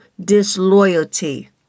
disloyalty